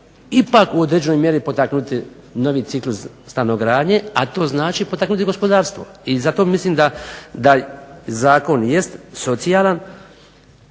ipak u određenoj mjeri potaknuti novi ciklus stanogradnje, a to znači potaknuti gospodarstvo. I zato mislim da zakon jest socijalan,